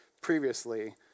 previously